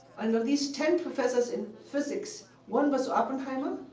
and of these ten professors in physics, one was so oppenheimer,